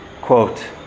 quote